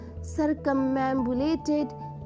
circumambulated